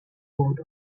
bored